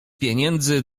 pieniędzy